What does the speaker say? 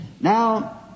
Now